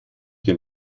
den